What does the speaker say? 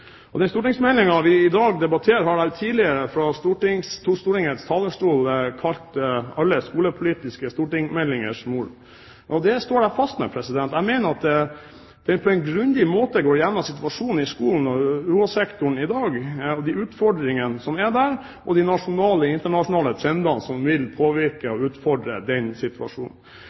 om. Den stortingsmeldingen vi i dag debatterer, har jeg også tidligere fra Stortingets talerstol kalt «alle skolepolitiske stortingsmeldingers mor». Det står jeg fast ved. Jeg mener den på en grundig måte går gjennom situasjonen i skolen og UH-sektoren i dag, de utfordringene som er der, de nasjonale og internasjonale trendene som vil påvirke og utfordre situasjonen,